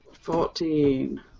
Fourteen